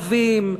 הדרת ערבים,